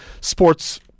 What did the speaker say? Sports